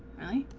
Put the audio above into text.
really